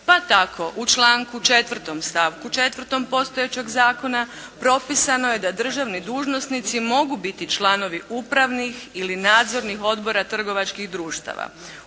pa tako u članku 4. stavku 4. postojećeg zakona propisano je da državni dužnosnici mogu biti članovi upravnih ili nadzornih odbora trgovačkih društava,